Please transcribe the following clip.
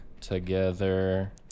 together